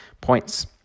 points